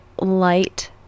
light